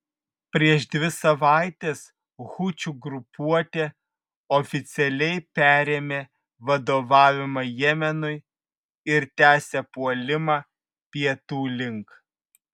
prieš dvi savaites hučių grupuotė oficialiai perėmė vadovavimą jemenui ir tęsia puolimą pietų link